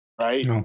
Right